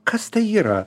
kas tai yra